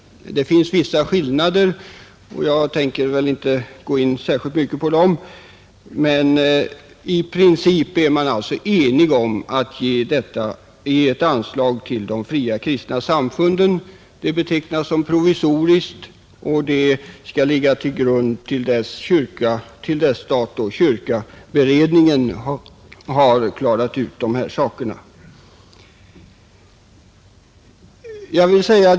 Det finns vissa skillnader, men jag tänker inte särskilt mycket gå in på dem. I princip är man alltså enig om att ge ett anslag till de fria kristna samfunden. Anslaget betecknas som provisoriskt; det skall ligga till grund fram till dess att beredningen om stat och kyrka klarat ut dessa saker.